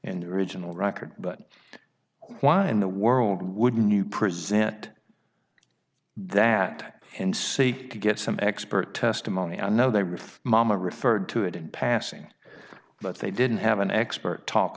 in the original record but why in the world would new present that and seek to get some expert testimony another mama referred to it in passing but they didn't have an expert talk